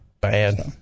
bad